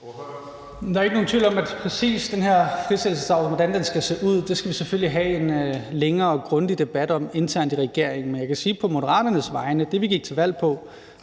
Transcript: Der er jo ikke nogen tvivl om, at præcis hvordan den her frisættelse skal se ud, skal vi selvfølgelig have en længere og grundig debat om internt i regeringen. Men jeg kan sige på Moderaternes vegne, at det, vi gik til valg på,